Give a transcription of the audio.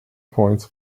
points